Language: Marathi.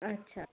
अच्छा